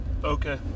Okay